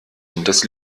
hinters